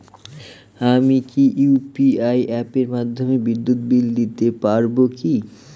আমি কি ইউ.পি.আই অ্যাপের মাধ্যমে বিদ্যুৎ বিল দিতে পারবো কি?